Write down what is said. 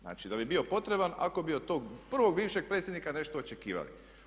Znači, da bi bo potreban ako bi od tog prvog bivšeg predsjednika nešto očekivali.